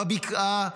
בבקעה,